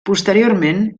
posteriorment